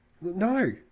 No